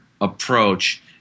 approach